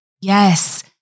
yes